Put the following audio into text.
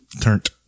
Turned